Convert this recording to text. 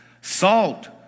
salt